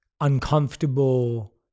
uncomfortable